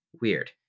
weird